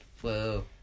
Whoa